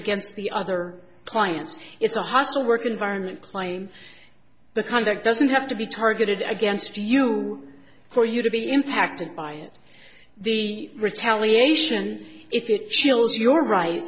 against the other clients it's a hostile work environment claim the conduct doesn't have to be targeted against you for you to be impacted by it the retaliation if it chills your right